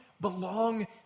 belong